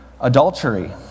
adultery